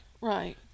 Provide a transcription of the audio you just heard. Right